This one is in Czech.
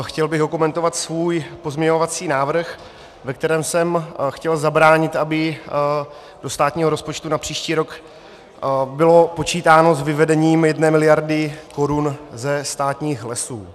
Chtěl bych okomentovat svůj pozměňovací návrh, ve kterém jsem chtěl zabránit, aby do státního rozpočtu na příští rok bylo počítáno s vyvedením 1 mld. korun ze státních lesů.